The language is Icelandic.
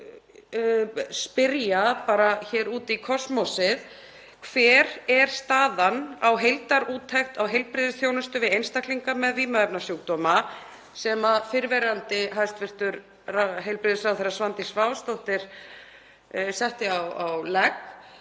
að spyrja bara hér út í kosmósið: Hver er staðan á heildarúttekt á heilbrigðisþjónustu við einstaklinga með vímuefnasjúkdóma sem fyrrverandi hæstv. heilbrigðisráðherra, Svandís Svavarsdóttir, setti af